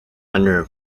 under